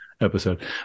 episode